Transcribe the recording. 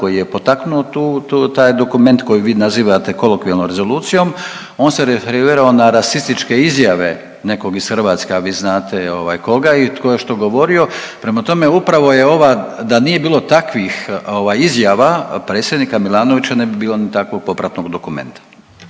koji je potaknuo tu, tu, taj dokument koji vi nazivate kolokvijalno rezolucijom on se referirao na rasističke izjave nekog iz Hrvatske, a vi znate ovaj koga i tko je što govorio. Prema tome, upravo je ova da nije bilo takvih ovaj izjava predsjednika Milanovića ne bi bilo ni takvog popratnog dokumenta.